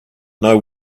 know